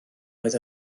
oedd